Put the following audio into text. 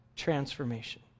transformation